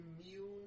...immune